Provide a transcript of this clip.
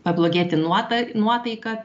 pablogėti nuota nuotaika